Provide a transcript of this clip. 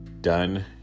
Done